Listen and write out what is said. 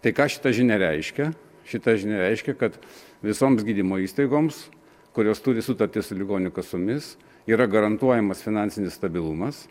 tai ką šita žinia reiškia šita žinia reiškia kad visoms gydymo įstaigoms kurios turi sutartis su ligonių kasomis yra garantuojamas finansinis stabilumas